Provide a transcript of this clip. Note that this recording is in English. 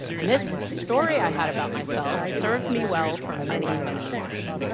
and this story i had about myself served me well for many, many years.